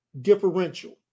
differential